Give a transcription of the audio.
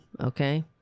Okay